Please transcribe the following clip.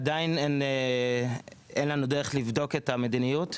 עדיין אין לנו דרך לבדוק את המדיניות,